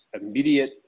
immediate